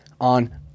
on